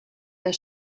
der